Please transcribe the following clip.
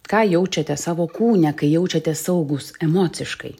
ką jaučiate savo kūne kai jaučiatės saugūs emociškai